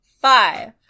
Five